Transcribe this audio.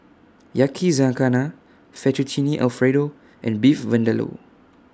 Yakizakana Fettuccine Alfredo and Beef Vindaloo